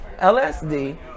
LSD